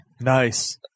Nice